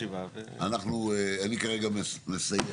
אני כרגע מסיים.